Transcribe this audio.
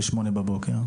בשמונה בבוקר?